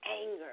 anger